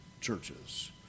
churches